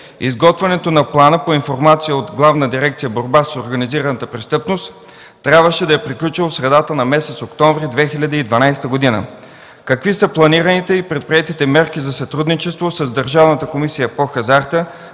Изготвянето на плана, по информация от Главна дирекция „Борба с организираната престъпност”, трябваше да е приключило в средата на месец октомври 2012 г. Какви са планираните и предприетите мерки за сътрудничество с Държавната комисия по хазарта